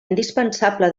indispensable